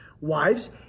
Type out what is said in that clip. Wives